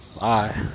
bye